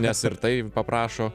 nes ir tai paprašo